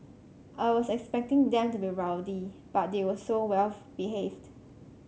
I was expecting them to be rowdy but they were so well behaved